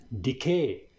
decay